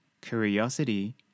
curiosity